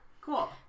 Cool